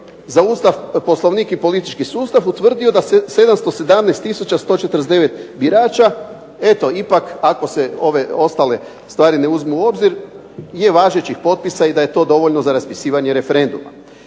za Ustav, Poslovnik i politički sustav utvrdio da se 717 tisuća 149 birača eto ipak, ako se ove ostale stvari ne uzmu u obzir, je važećih potpisa i da je to dovoljno za raspisivanje referenduma.